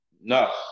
No